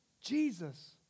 Jesus